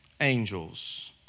angels